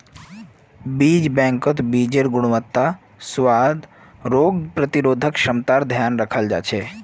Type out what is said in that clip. बीज बैंकत बीजेर् गुणवत्ता, स्वाद, रोग प्रतिरोधक क्षमतार ध्यान रखाल जा छे